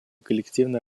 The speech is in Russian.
коллективной